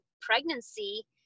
pregnancy